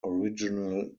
original